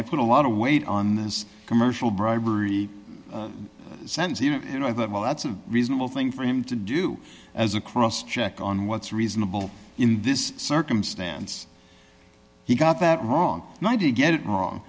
i put a lot of weight on this commercial bribery and i thought well that's a reasonable thing for him to do as a cross check on what's reasonable in this circumstance he got that wrong and i did get it wrong